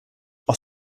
aus